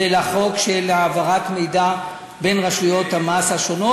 לחוק של העברת מידע בין רשויות המס השונות